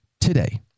today